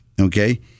okay